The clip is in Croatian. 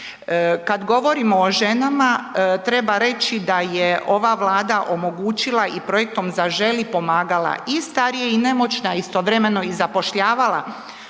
Kad govorimo o ženama treba reći da je ova Vlada omogućila i projektom „Zaželi“ pomagala i starije i nemoćne, a istovremeno i zapošljavala